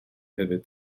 hefyd